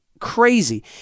Crazy